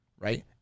right